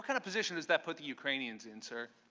kind of position does that put the ukrainians in sir?